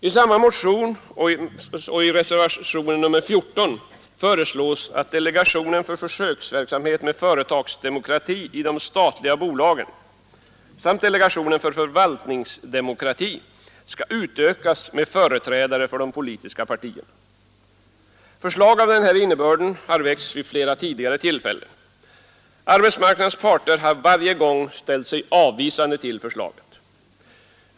I samma motion samt i reservationen 14 föreslås att delegationen för försöksverksamhet med företagsdemokrati i de statliga bolagen samt delegationen för förvaltningsdemokrati skall utökas med företrädare för de politiska partierna. Förslag av denna innebörd har väckts vid flera tidigare tillfällen. Arbetsmarknadens parter har varje gång ställt sig avvisande till förslaget.